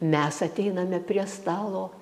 mes ateiname prie stalo